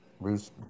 Bruce